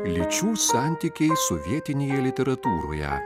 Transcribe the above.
lyčių santykiai sovietinėje literatūroje